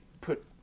put